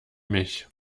mich